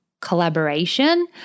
collaboration